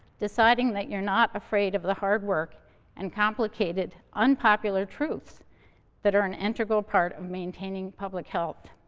deciding that you're not afraid of the hard work and complicated, unpopular truths that are an integral part of maintaining public health.